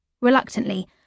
Reluctantly